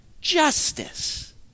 Justice